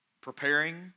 preparing